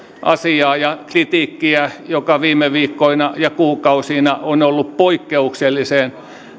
asiaa ja kritiikkiä joka viime viikkoina ja kuukausina on ollut poikkeuksellisen